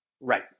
right